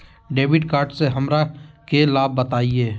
Debit card से हमरा के लाभ बताइए?